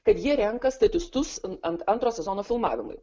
kad jie renka statistus ant antro sezono filmavimui